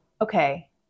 okay